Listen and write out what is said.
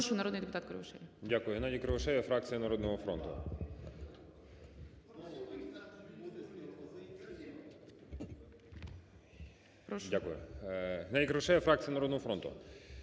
Прошу, народний депутат Кривошея.